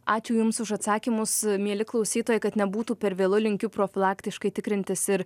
ačiū jums už atsakymus mieli klausytojai kad nebūtų per vėlu linkiu profilaktiškai tikrintis ir